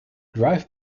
drive